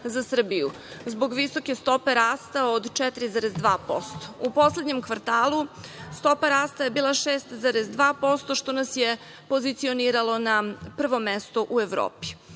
za Srbiju zbog visoke stope rasta od 4.2%. U poslednjem kvartalu stopa rasta je bila 6,2%, što nas je pozicioniralo na prvo mesto u Evropi.